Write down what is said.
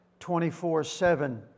24-7